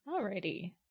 Alrighty